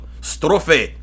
Strophe